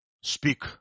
speak